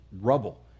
rubble